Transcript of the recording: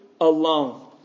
alone